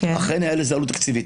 אכן הייתה לזה עלות תקציבית.